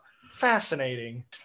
fascinating